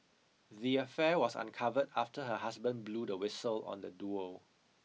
the affair was uncovered after her husband blew the whistle on the duo